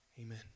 Amen